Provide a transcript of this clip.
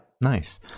nice